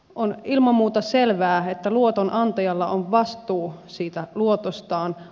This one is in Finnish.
on ilman muuta selvää että luotonantajalla on vastuu siitä luotostaan